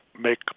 make